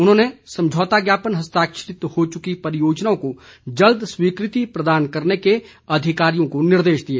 उन्होंने समझौता ज्ञापन हस्ताक्षरित हो चुकी परियोजनाओं को जल्द स्वीकृति प्रदान करने के अधिकारियों को निर्देश दिए